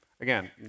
Again